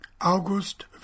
August